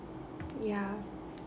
ya